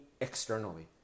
externally